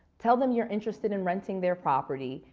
tell them you're interested in renting their property.